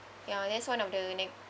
ya that's one of the negative